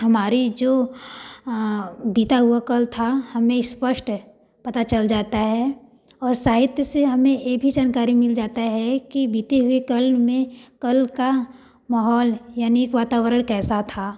हमारी जो बीता हुआ कल था हमें स्पष्ट पता चल जाता है और साहित्य से हमें ए भी जानकारी मिल जाता है कि बीते हुए कल में कल का माहौल यानी वातावरण कैसा था